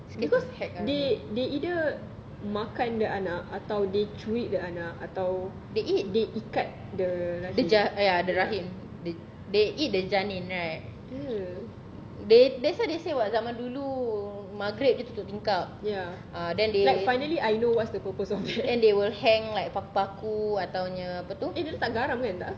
scared the heck out of me they eat the ja~ ya the rahim they they eat the janin right they that's why they say [what] zaman dulu maghrib jer tutup tingkap then they then they will hang like paku-paku atau punya apa tu